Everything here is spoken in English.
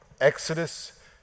Exodus